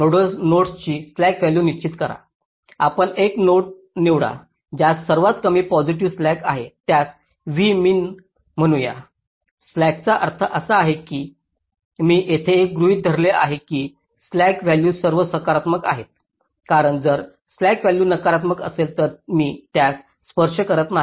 आपण एक नोड निवडा ज्यास सर्वात कमी पॉझिटिव्ह स्लॅक आहे त्यास v min म्हणूया स्लॅकचा अर्थ असा आहे मी येथे असे गृहित धरत आहे की स्लॅक व्हॅल्यूज सर्व सकारात्मक आहेत कारण जर स्लॅक व्हॅल्यू नकारात्मक असेल तर मी त्यास स्पर्श करत नाही